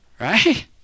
Right